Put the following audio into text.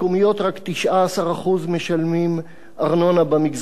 רק 19% משלמים ארנונה במגזר הערבי,